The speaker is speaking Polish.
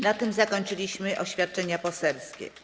Na tym zakończyliśmy oświadczenia poselskie.